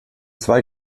zwei